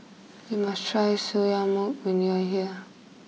you must try Soya Milk when you are here